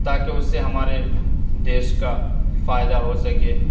تاکہ اس سے ہمارے دیش کا فائدہ ہو سکے